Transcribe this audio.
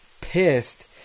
pissed